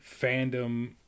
fandom